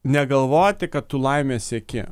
negalvoti kad tu laimės sieki